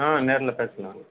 ஆ நேரில் பேசிக்கலாம் வாங்க